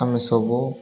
ଆମେ ସବୁ